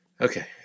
Okay